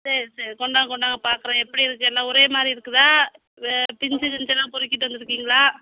சரி சரி கொண்டாங்க கொண்டாங்க பார்க்கறேன் எப்படி இருக்கு எல்லாம் ஒரே மாதிரி இருக்குதா வே பிஞ்சு கிஞ்சிலாம் பொறிக்கிட்டு வந்துருக்கீங்களா